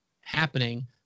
happening